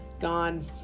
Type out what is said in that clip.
gone